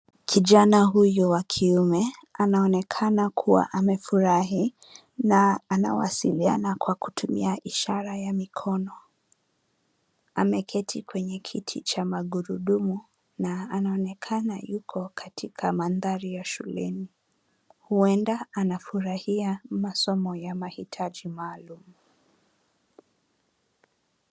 Kijana huyo wa kiume anaonekana kuwa amefurahi na anawasiliana kwa kutumia ishara ya mikono. Ameketi kwenye kiti cha magurudumu na anaonekana yuko katika mandhari ya shuleni. Ueda anafurahia masomo ya mahitaji maalum.